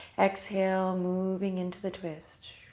exhale, moving into the twist.